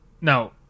Now